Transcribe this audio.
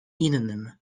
innym